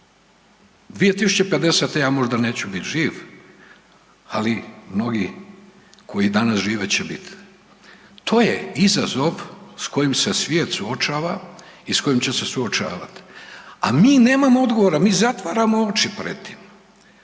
2050. ja možda neću biti živ, ali mnogi koji danas žive će biti. To je izazov s kojim se svijet suočava i s kojim će se suočavati, a mi nemamo odgovora, mi zatvaramo oči pred tim.